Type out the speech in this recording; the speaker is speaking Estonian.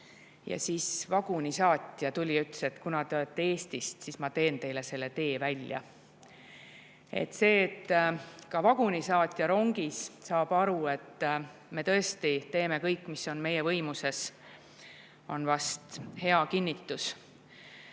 Siis vagunisaatja tuli ja ütles, et kuna me oleme Eestist, siis ta teeb meile tee välja. See, et ka vagunisaatja rongis saab aru, et me tõesti teeme kõik, mis on meie võimuses, on vast hea kinnitus. Meie